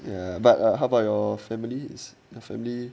ya but how about your families family